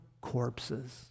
corpses